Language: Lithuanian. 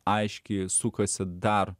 aiškiai sukasi dar